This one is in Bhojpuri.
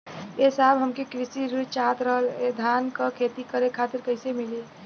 ए साहब हमके कृषि ऋण चाहत रहल ह धान क खेती करे खातिर कईसे मीली?